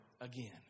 again